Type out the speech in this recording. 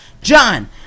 John